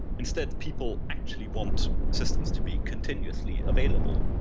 instead, people actually want systems to be continuously available.